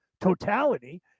totality